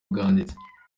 bwanditse